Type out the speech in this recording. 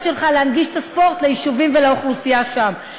שלך להנגיש את הספורט ליישובים ולאוכלוסייה שם.